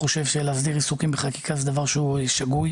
אני חושב שלהסדיר עיסוקים בחקיקה זה דבר שגוי,